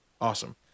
Awesome